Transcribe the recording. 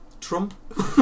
Trump